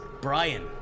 Brian